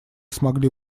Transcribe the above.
смогли